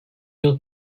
yıl